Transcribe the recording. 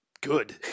good